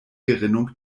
gerinnung